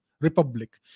republic